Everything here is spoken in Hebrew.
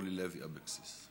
אורלי לוי אבקסיס.